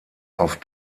auf